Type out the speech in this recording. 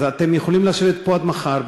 אז אתם יכולים לשבת פה עד מחר,